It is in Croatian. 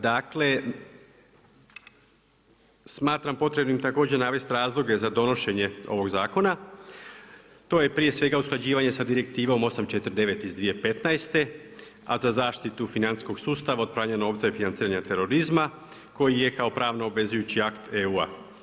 Dakle, smatram potrebnim također navesti razloge za donošenje ovog zakona, to je prije svega usklađivanje sa Direktivom 849 iz 2015., a za zaštitu financijskog sustava od pranja novca i financiranja terorizma, koji je kao pravno obvezujući akti EU.